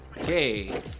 okay